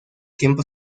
tiempo